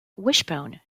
wishbone